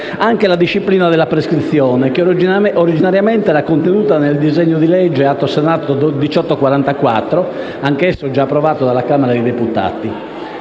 anche la disciplina della prescrizione, originariamente contenuta nel disegno di legge Atto Senato 1844 (anche esso già approvato dalla Camera dei deputati).